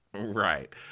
Right